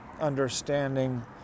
understanding